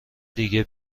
دیگه